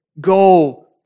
Go